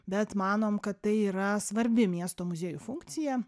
bet manom kad tai yra svarbi miesto muziejų funkcija